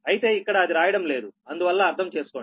అయితే ఇక్కడ అది రాయడం లేదు అందువల్ల అర్థం చేసుకోండి